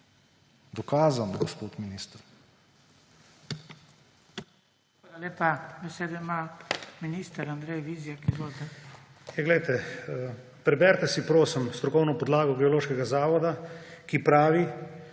dokazano, gospod minister.